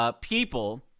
people